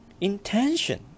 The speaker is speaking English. Intention